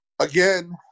again